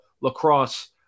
lacrosse